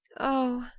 oh,